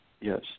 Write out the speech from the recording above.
yes